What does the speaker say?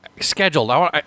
Scheduled